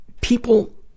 people